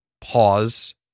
pause